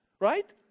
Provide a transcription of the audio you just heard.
right